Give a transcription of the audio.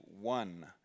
one